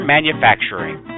Manufacturing